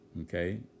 okay